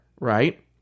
right